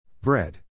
Bread